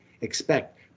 expect